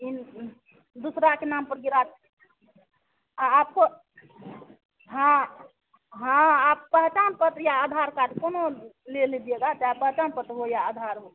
इन दूसरे के नाम पर गिरा आपको हाँ हाँ आप पहचान पत्र या आधार कार्ड कौनो ले लीजिएगा चाहे पहचान पत्र हो या आधार हो